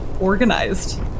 organized